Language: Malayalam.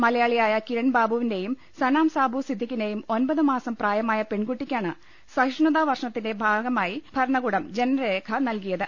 മലയാളിയായ കിരൺബാബുവിന്റെയും സനാം സാബു സിദ്ദിഖിന്റെയും ഒൻപത് മാസം പ്രായമായ പെൺകുട്ടിക്കാണ് സഹിഷ്ണുതാവർഷ ത്തിന്റെ ഭാഗമായി ഭരണകൂടം ജനനരേഖ നൽകിയത്